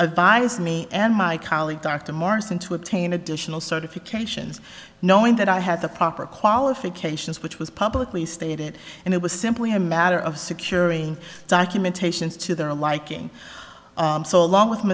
advised me and my colleague dr morrison to obtain additional certifications knowing that i had the proper qualifications which was publicly stated and it was simply a matter of securing documentations to their liking so along with